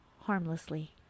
harmlessly